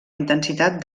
intensitat